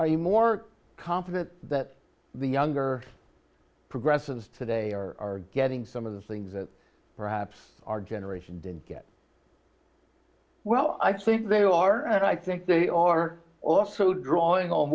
are you more confident that the younger progressives today are getting some of the things that perhaps our generation didn't get well i think they are and i think they are also drawing on